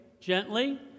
gently